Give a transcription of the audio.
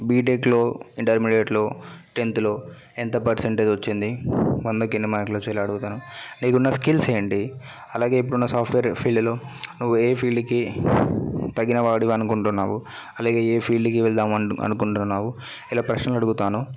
బీటెక్లో ఇంటర్మీడియట్లో టెన్త్లో ఎంత పర్సంటేజ్ వచ్చింది వందకి ఎన్ని మార్కులు వచ్చాయి ఇలా అడుగుతాను నీకు ఉన్న స్కిల్స్ ఏంటి అలాగే ఇప్పుడున్న సాఫ్ట్వేర్ ఫీల్డ్లో నువ్వు ఏ ఫీల్డ్కి తగిన వాడివి అనుకుంటున్నావు అలాగే ఏ ఫీల్డ్కి వెళదాము అనుకుంటున్నావు ఇలా ప్రశ్నలు అడుగుతాను